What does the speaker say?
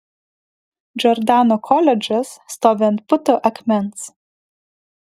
džordano koledžas stovi ant putų akmens